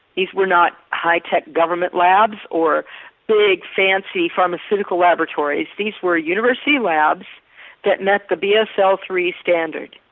these were not high tech government labs or big fancy pharmaceutical laboratories these were university labs that met the b s l three standard.